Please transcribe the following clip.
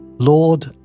Lord